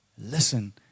Listen